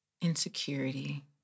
insecurity